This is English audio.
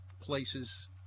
places